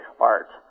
art